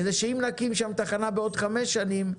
כדי שאם נקים שם תחנה בעוד חמש שנים,